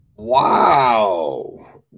Wow